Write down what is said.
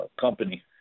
company